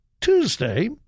Tuesday